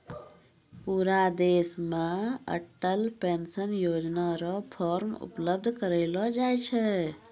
पूरा देश मे अटल पेंशन योजना र फॉर्म उपलब्ध करयलो जाय छै